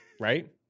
right